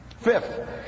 Fifth